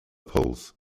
poles